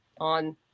on